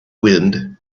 wind